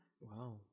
Wow